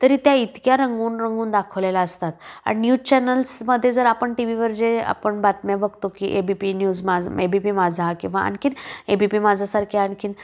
तरी त्या इतक्या रंगून रंगून दाखवलेल्या असतात आणि न्यूज चॅनल्समध्ये जर आपण टी व्हीवर जे आपण बातम्या बघतो की A B P news Majha A B P Majha किंवा आणखीन ए बी पी माझासारखे आणखीन